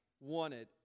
wanted